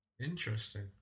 Interesting